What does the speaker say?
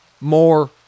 more